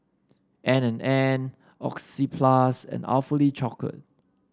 N and N Oxyplus and Awfully Chocolate